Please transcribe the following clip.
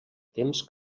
temps